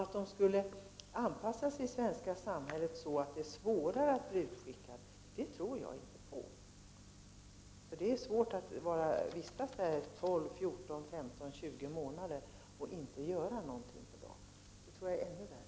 Att de skulle anpassas till det svenska samhället så till den grad att det skulle bli svårare för dem att bli utskickade tror jag inte på. Det är svårt att vistas här 12, 14, 15 eller 20 månader utan att få göra någonting. Det tror jag är ännu värre.